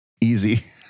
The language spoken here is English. Easy